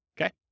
Okay